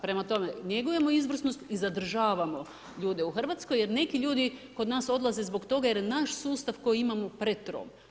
Prema tome, njegujemo izvrsnost i zadržavamo ljude u Hrvatskoj jer neki ljudi kod nas odlaze zbog toga jer naš sustav koji imamo pretrom.